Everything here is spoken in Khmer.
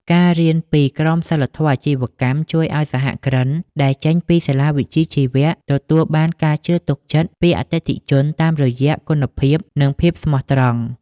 ការរៀនពី "ក្រមសីលធម៌អាជីវកម្ម" ជួយឱ្យសហគ្រិនដែលចេញពីសាលាវិជ្ជាជីវៈ ទទួលបានការជឿទុកចិត្តពីអតិថិជនតាមរយៈគុណភាព និងភាពស្មោះត្រង់។